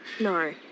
No